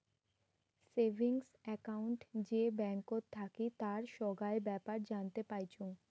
savings account যে ব্যাঙ্কত থাকি তার সোগায় বেপার জানতে পাইচুঙ